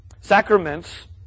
Sacraments